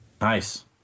Nice